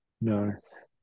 Nice